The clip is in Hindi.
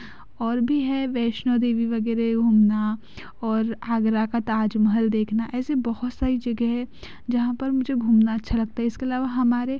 और भी हैं वैष्णो देवी वगैरह घूमना और आगरा का ताजमहल देखना ऐसे बहुत सारी जगह है जहाँ पर मुझे घूमना अच्छा लगता है इसके अलावा हमारे